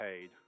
paid